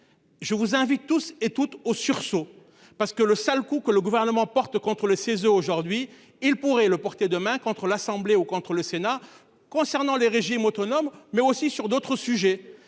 Je vous invite tous et toutes au sursaut parce que le sale coup que le gouvernement porte contre le 16 aujourd'hui. Il pourrait le porter demain contre l'Assemblée au contre le Sénat concernant les régimes autonomes mais aussi sur d'autres sujets